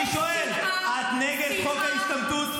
אני שואל: את נגד חוק ההשתמטות?